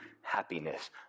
happiness